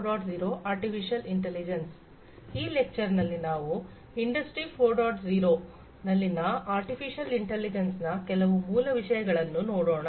0 ನಲ್ಲಿನ artificial intelligence ನ ಕೆಲವು ಮೂಲ ವಿಷಯಗಳನ್ನು ನೋಡೋಣ